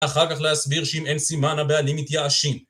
אחר כך להסביר שאם אין סימן הבעלים מתייאשים